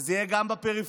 וזה יהיה גם בפריפריה,